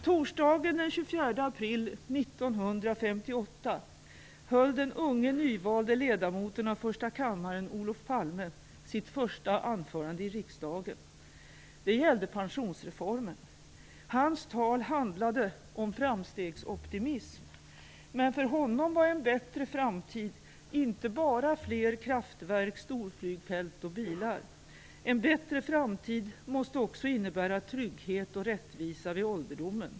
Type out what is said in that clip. Torsdagen den 24 april 1958 höll den unge, nyvalde ledamoten av första kammaren, Olof Palme, sitt första anförande i riksdagen. Det gällde pensionsreformen. Hans tal handlade om framstegsoptimism. Men för honom var en bättre framtid inte bara fler kraftverk, storflygfält och bilar. En bättre framtid måste också innebära trygghet och rättvisa vid ålderdomen.